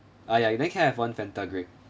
ah ya then can I have one Fanta grape